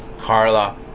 Carla